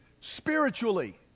spiritually